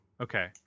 Okay